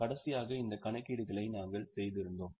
கடைசியாக இந்த கணக்கீடுகளை நாங்கள் செய்திருந்தோம்